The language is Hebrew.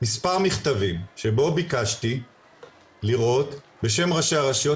מספר מכתבים שבהם ביקשתי לראות בשם ראשי הרשויות